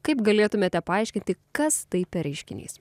kaip galėtumėte paaiškinti kas tai per reiškinys